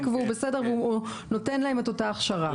והוא בסדר והוא נותן להם את אותה הכשרה.